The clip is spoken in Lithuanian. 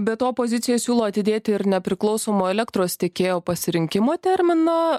be to opozicija siūlo atidėti ir nepriklausomo elektros tiekėjo pasirinkimo terminą